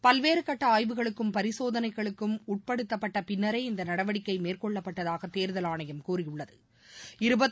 பல்வேறு கட்ட ஆய்வுகளுக்கும் பரிசோதளைகளுக்கும் உட்படுத்தப்பட்ட பின்னரே இந்த நடவடிக்கை மேற்கொள்ளப்பட்டதாக தேர்தல் ஆணையம் கூறியுள்ளது